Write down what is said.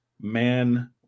man